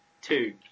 two